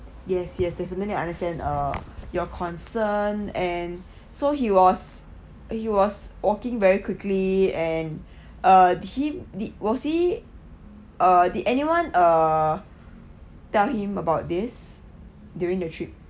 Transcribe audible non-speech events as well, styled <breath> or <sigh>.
yes yes definitely understand uh your concern and so he was he was walking very quickly and <breath> uh did he did was he uh did anyone uh tell him about this during the trip